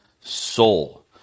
soul